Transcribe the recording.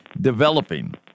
developing